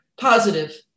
positive